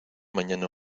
mañana